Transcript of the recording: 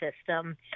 system